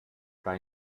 bei